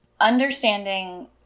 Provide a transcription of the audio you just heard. understanding